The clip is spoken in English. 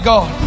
God